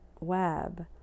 web